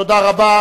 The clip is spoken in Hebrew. תודה רבה.